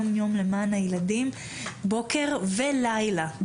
באופן יום יומי למען הילדים בוקר ולילה.